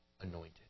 anointed